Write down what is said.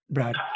Brad